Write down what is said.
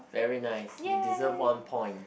very nice you deserve one point